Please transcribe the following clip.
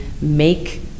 make